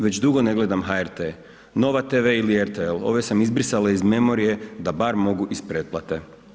Već dugo ne gledam HRT, Nova tv ili RTL ove sam izbrisala iz memorije da bar mogu iz pretplate.